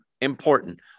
important